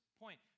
point